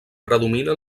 predomina